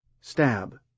Stab